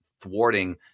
thwarting